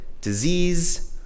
disease